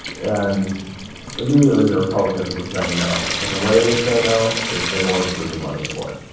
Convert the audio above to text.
and immediately the republicans were saying no, and the way they say no is they won't approve the money for it.